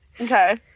Okay